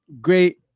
great